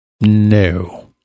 No